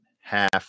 half